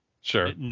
Sure